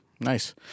Nice